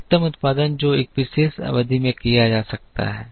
अधिकतम उत्पादन जो एक विशेष अवधि में किया जा सकता है